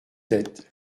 tête